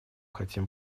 хотим